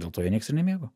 dėl to jo nieks ir nemėgo